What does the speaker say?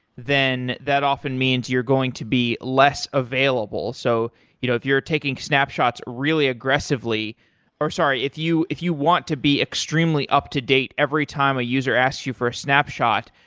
then that often means you're going to be less available. so you know if you're taking snapshots really aggressively sorry. if you if you want to be extremely up-to-date every time a user asks you for a snapshot,